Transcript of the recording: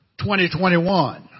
2021